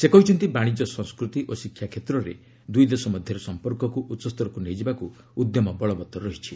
ସେ କହିଛନ୍ତି ବାଣିଜ୍ୟ ସଂସ୍କୃତି ଓ ଶିକ୍ଷା କ୍ଷେତ୍ରରେ ଦୁଇ ଦେଶ ମଧ୍ୟରେ ସମ୍ପର୍କକୁ ଉଚ୍ଚସ୍ତରକୁ ନେଇଯିବାକୁ ଉଦ୍ୟମ ବଳବତ୍ତର ରହିଛି